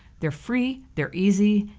they're free, they're easy,